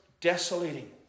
desolating